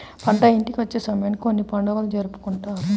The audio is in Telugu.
పంట ఇంటికి వచ్చే సమయానికి కొన్ని పండుగలను జరుపుకుంటారు